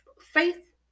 faith